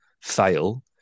fail